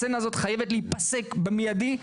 הסצנה הזאת חייבת להיפסק במידי.